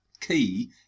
key